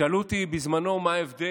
שאלו אותי בזמנו: מה ההבדל,